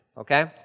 Okay